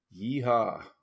yeehaw